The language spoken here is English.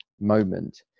moment